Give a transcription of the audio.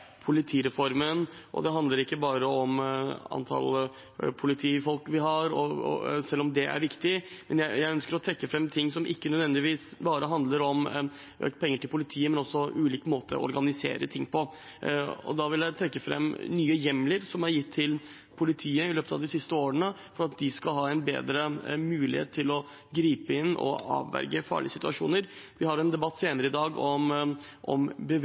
politireformen, og den handler ikke bare om antall politifolk, selv om det er viktig. Jeg ønsker å trekke fram ting som ikke nødvendigvis bare handler om mer penger til politiet, men også om ulike måter å organisere ting på. Da vil jeg trekke fram nye hjemler som er gitt til politiet i løpet av de siste årene, sånn at de skal ha en bedre mulighet til å gripe inn og avverge farlige situasjoner. Vi får en debatt om bevæpning senere i dag,